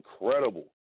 incredible